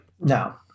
No